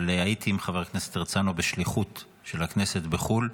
אבל הייתי עם חבר הכנסת הרצנו בשליחות של הכנסת בחו"ל,